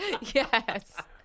Yes